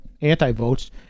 anti-votes